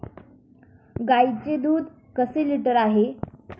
गाईचे दूध कसे लिटर आहे?